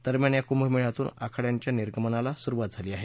दरम्यान या कुंभमेळ्यातून आखाङ्यांच्या निर्गमनाला सुरुवात झाली आहे